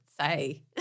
say